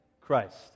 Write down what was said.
Christ